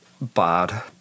bad